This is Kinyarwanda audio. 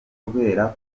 kubera